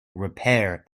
repair